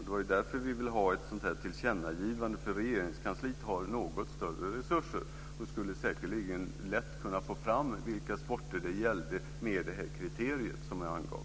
Det var därför vi ville ha ett tillkännagivande. Regeringskansliet har ju något större resurser, och skulle säkerligen lätt kunna få fram vilka sporter det gällde med det kriterium som jag angav.